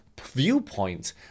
viewpoint